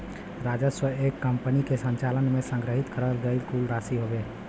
राजस्व एक कंपनी के संचालन में संग्रहित करल गयल कुल राशि हउवे